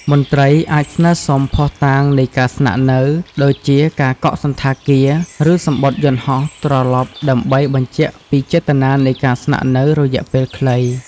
មន្ត្រីអាចស្នើសុំភស្តុតាងនៃការស្នាក់នៅ ដូចជាការកក់សណ្ឋាគារ ឬសំបុត្រយន្តហោះត្រឡប់ ដើម្បីបញ្ជាក់ពីចេតនានៃការស្នាក់នៅរយៈពេលខ្លី។